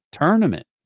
tournament